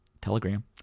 telegram